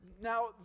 Now